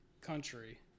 country